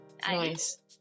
Nice